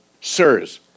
Sirs